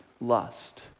lust